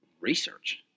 research